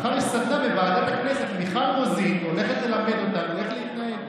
מחר יש סדנה בוועדת הכנסת מיכל רוזין הולכת ללמד אותנו איך להתנהג.